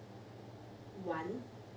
one